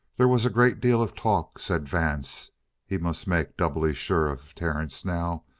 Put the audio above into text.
there was a great deal of talk, said vance he must make doubly sure of terence now.